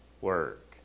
work